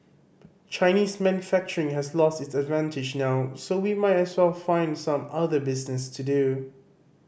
Chinese manufacturing has lost its advantage now so we might as well find some other business to do